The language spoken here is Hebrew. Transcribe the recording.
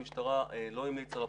המשטרה לא המליצה לפרקליטות,